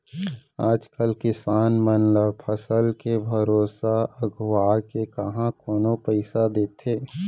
आज कल किसान मन ल फसल के भरोसा अघुवाके काँहा कोनो पइसा देथे